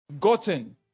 gotten